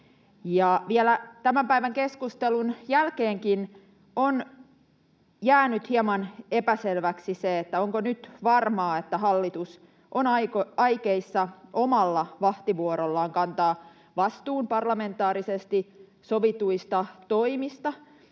tämän päivän keskustelun jälkeenkin on jäänyt hieman epäselväksi se, onko nyt varmaa, että hallitus on aikeissa omalla vahtivuorollaan kantaa vastuun parlamentaarisesti sovituista toimista,